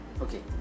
Okay